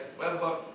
webhook